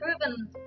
proven